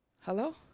hello